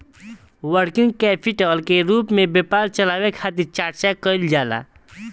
working capital के रूप में व्यापार चलावे खातिर चर्चा कईल जाला